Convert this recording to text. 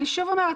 אני שוב אומרת,